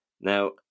Now